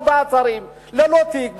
ארבעה שרים ללא תיק,